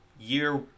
year